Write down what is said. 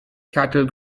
cattle